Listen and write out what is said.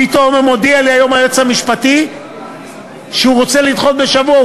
פתאום מודיע לי היום היועץ המשפטי שהוא רוצה לדחות בשבוע.